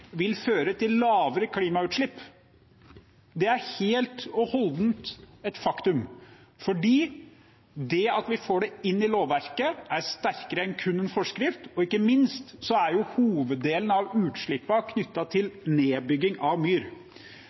vil føre til lavere klimautslipp. Det er helt og holdent et faktum, fordi det at vi får det inn i lovverket, er sterkere enn kun en forskrift, og ikke minst er hoveddelen av utslippene knyttet til nedbygging av myr.